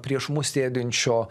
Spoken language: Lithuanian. prieš mus sėdinčio